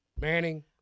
Manning